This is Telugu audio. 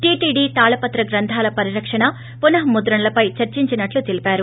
టీటీడీ తాళపత్రం గ్రంథాల పరిరకణణ పునముద్రణలపై చర్చించినట్లు తెలిపారు